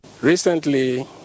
Recently